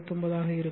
1250 ஆக இருக்கும்